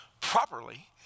properly